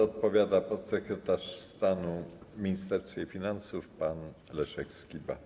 Odpowiada podsekretarz stanu w Ministerstwie Finansów pan Leszek Skiba.